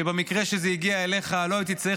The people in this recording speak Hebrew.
שבמקרה שזה הגיע אליך לא הייתי צריך